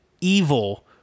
evil